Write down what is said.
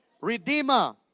Redeemer